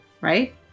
Right